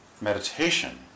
meditation